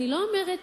אני לא אומרת